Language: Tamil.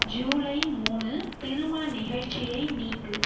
ஜூலை மூணு திருமண நிகழ்ச்சியை நீக்கு